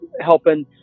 helping